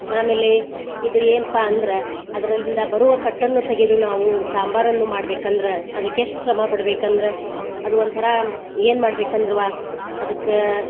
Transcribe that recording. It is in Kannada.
ಆಮೇಲೆ ಇದು ಏನ್ಪಾ ಅಂದ್ರ ಅದ್ರಲಿಂದ ಬರುವ ಕಟ್ಟನ್ನು ತೆಗೆದು ನಾವು ಸಾಂಬಾರನ್ನು ಮಾಡ್ಬೇಕಂದ್ರೆ ಅದಕ್ಕೆ ಎಷ್ಟ್ ಶ್ರಮ ಪಡ್ಬೇಕಂದ್ರ ಅದು ಒಂಥರ ಏನು ಮಾಡ್ಬೇಕಂದ್ರುವ ಅದಕ್ಕೆ